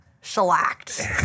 shellacked